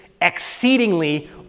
exceedingly